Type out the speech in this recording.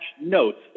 notes